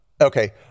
Okay